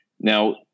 Now